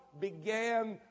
began